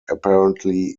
apparently